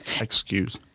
Excuse